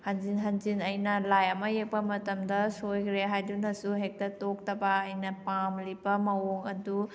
ꯍꯟꯖꯤꯟ ꯍꯟꯖꯤꯟ ꯑꯩꯅ ꯂꯥꯏ ꯑꯃ ꯌꯦꯛꯄ ꯃꯇꯝꯗ ꯁꯣꯏꯒꯈꯔꯦ ꯍꯥꯏꯗꯨꯅꯁꯨ ꯍꯦꯛꯇ ꯇꯣꯛꯇꯕ ꯑꯩꯅ ꯄꯥꯝꯂꯤꯕ ꯃꯑꯣꯡ ꯑꯗꯨ